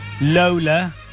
Lola